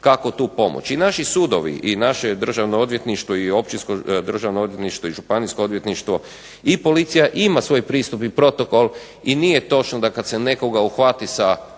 kako tu pomoći. Naši sudovi i naše državno odvjetništvo i općinsko državno odvjetništvo i županijsko odvjetništvo i Policija ima svoj pristup i protokol i nije točno da kad se nekoga uhvati sa